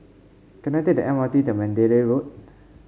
can I take the M R T to Mandalay Road